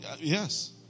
yes